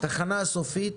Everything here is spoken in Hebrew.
התחנה הסופית